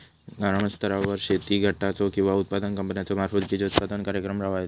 ग्रामस्तरावर शेतकरी गटाचो किंवा उत्पादक कंपन्याचो मार्फत बिजोत्पादन कार्यक्रम राबायचो?